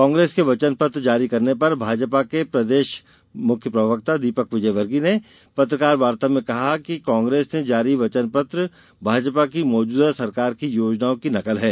कांग्रेस के वचन पत्र जारी करने पर भाजपा के प्रदेश मुख्य प्रवक्ता दीपक विजयवर्गीय ने पत्रकार वार्ता में कहा है कि कांग्रेस का जारी वचनपत्र भाजपा की मौजूदा सरकार की योजनाओं की नकल है